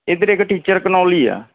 ਇੱਧਰ ਇੱਕ ਟੀਚਰ ਕਨੋਲੀ ਆ